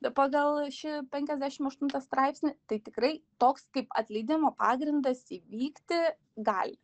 pagal šį penkiasdešim aštuntą straipsnį tai tikrai toks kaip atleidimo pagrindas įvykti gali